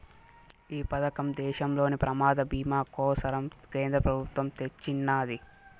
ఈ పదకం దేశంలోని ప్రమాద బీమా కోసరం కేంద్ర పెబుత్వమ్ తెచ్చిన్నాది